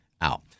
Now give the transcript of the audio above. out